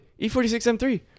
E46M3